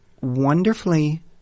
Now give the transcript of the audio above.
Wonderfully